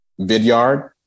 Vidyard